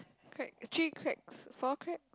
crack three cracks four crack